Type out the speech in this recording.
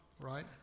right